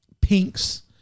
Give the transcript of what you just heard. pinks